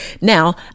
Now